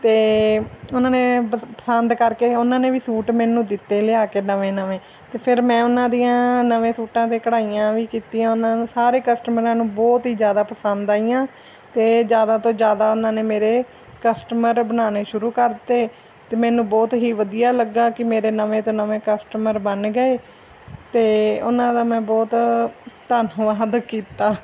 ਅਤੇ ਉਹਨਾਂ ਨੇ ਪਸ ਪਸੰਦ ਕਰਕੇ ਉਹਨਾਂ ਨੇ ਵੀ ਸੂਟ ਮੈਨੂੰ ਦਿੱਤੇ ਲਿਆ ਕੇ ਨਵੇਂ ਨਵੇਂ ਅਤੇ ਫਿਰ ਮੈਂ ਉਹਨਾਂ ਦੀਆਂ ਨਵੇਂ ਸੂਟਾਂ 'ਤੇ ਕਢਾਈਆਂ ਵੀ ਕੀਤੀਆਂ ਉਹਨਾਂ ਨੂੰ ਸਾਰੇ ਕਸਟਮਰਾਂ ਨੂੰ ਬਹੁਤ ਹੀ ਜ਼ਿਆਦਾ ਪਸੰਦ ਆਈਆਂ ਅਤੇ ਜ਼ਿਆਦਾ ਤੋਂ ਜ਼ਿਆਦਾ ਉਹਨਾਂ ਨੇ ਮੇਰੇ ਕਸਟਮਰ ਬਣਾਉਣੇ ਸ਼ੁਰੂ ਕਰਤੇ ਅਤੇ ਮੈਨੂੰ ਬਹੁਤ ਹੀ ਵਧੀਆ ਲੱਗਾ ਕਿ ਮੇਰੇ ਨਵੇਂ ਤੋਂ ਨਵੇਂ ਕਸਟਮਰ ਬਣ ਗਏ ਅਤੇ ਉਹਨਾਂ ਦਾ ਮੈਂ ਬਹੁਤ ਧੰਨਵਾਦ ਕੀਤਾ